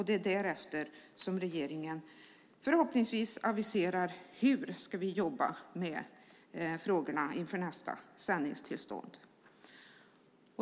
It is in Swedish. Det är därefter som regeringen förhoppningsvis aviserar hur man ska jobba med frågorna inför nästa sändningstillstånd.